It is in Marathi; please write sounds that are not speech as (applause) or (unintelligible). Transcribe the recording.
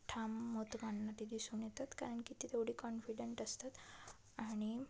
ठाम मत (unintelligible) दिसून येतात कारण की ती तेवढी कॉन्फिडंट असतात आणि